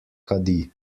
kadi